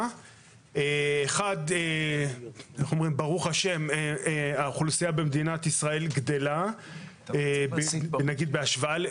סיבה אחת זה שהאוכלוסייה במדינת ישראל גדלה באופן גבוה,